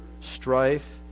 strife